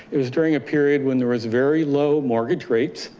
it was during a period when there was very low mortgage rates.